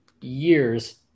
years